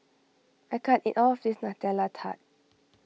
I can't eat all of this Nutella Tart